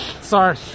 Sorry